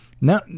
Now